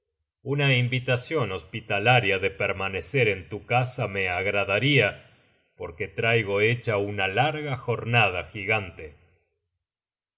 una invitacion hospitalaria de permanecer en tu casa me agradaria porque traigo hecha una larga jornada